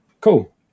Cool